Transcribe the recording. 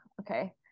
Okay